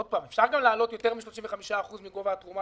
אפשר גם להעלות ולתת זיכוי ליותר מ-35% מגובה התרומה,